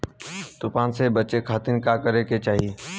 तूफान से बचे खातिर का करे के चाहीं?